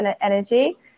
energy